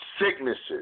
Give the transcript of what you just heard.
sicknesses